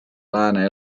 lääne